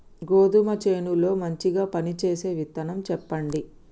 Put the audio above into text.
గోధుమ చేను లో మంచిగా పనిచేసే విత్తనం చెప్పండి?